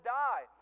die